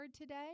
today